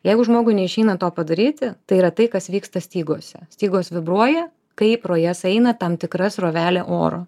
jeigu žmogui neišeina to padaryti tai yra tai kas vyksta stygose stygos vibruoja kai pro jas eina tam tikra srovelė oro